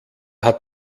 hat